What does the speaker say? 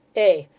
ay,